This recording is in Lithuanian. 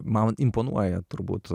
man imponuoja turbūt